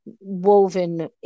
woven